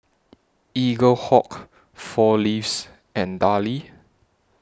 Eaglehawk four Leaves and Darlie